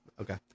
Okay